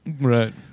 Right